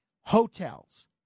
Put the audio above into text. Hotels